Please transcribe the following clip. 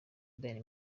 bayern